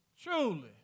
truly